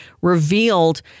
revealed